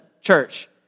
church